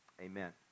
amen